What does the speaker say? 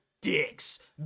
dicks